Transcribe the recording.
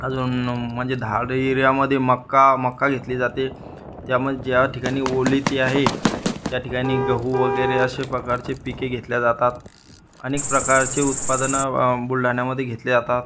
अजून म्हणजे दहा दई एरियामध्ये मका मका घेतली जाते त्यामधे ज्या ठिकाणी ओलेती आहे त्या ठिकाणी गहू वगैरे अशा प्रकारचे पिके घेतला जातात अनेक प्रकारचे उत्पादनं बुलढाण्यामध्ये घेतले जातात